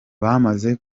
bamaze